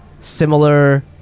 similar